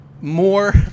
more